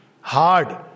hard